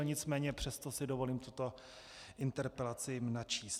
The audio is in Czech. Nicméně přesto si dovolím tuto interpelaci načíst.